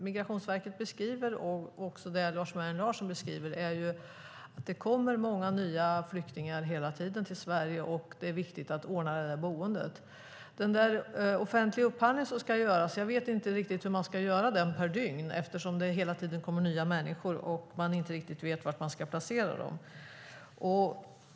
Migrationsverket beskriver, som också Lars Mejern Larsson beskriver, att det kommer många nya flyktingar hela tiden i Sverige, och det är viktigt att ordna boendet. En offentlig upphandling ska göras, men jag vet inte riktigt hur man ska göra den per dygn eftersom det hela tiden kommer nya människor och man inte riktigt vet var man ska placera dem.